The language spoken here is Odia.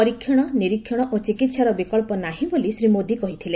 ପରୀକ୍ଷଣ ନିରୀକ୍ଷଣ ଓ ଚିକିତ୍ସାର ବିକ୍ସ ନାହିଁ ବୋଲି ଶ୍ରୀ ମୋଦୀ କହିଥିଲେ